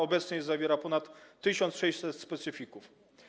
Obecnie zawiera ponad 1600 specyfików.